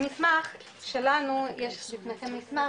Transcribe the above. במסמך שלנו יש לפניכם מסמך,